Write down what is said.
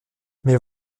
mais